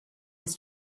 his